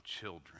children